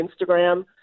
Instagram